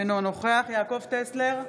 אינו נוכח יעקב טסלר,